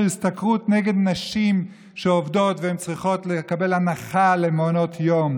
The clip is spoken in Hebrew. השתכרות נגד נשים שעובדות והן צריכות לקבל הנחה במעונות יום